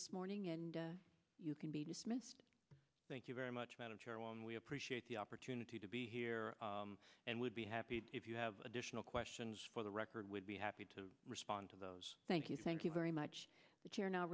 this morning and you can be dismissed thank you very much madam chair we appreciate the opportunity to be here and we'd be happy if you have additional questions for the record would be happy to respond to those thank you thank you very much the chair now